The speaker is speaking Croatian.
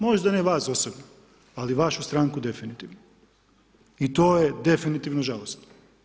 Možda ne vas osobno, ali vašu stranku definitivno i to je definitivno žalosno.